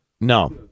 No